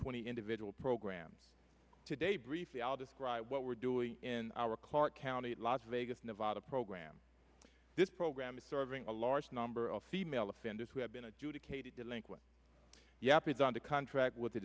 twenty individual programs today briefly i'll describe what we're doing in our clark county las vegas nevada program this program is serving a large number of female offenders who have been adjudicated delinquent yep it's on the contract with the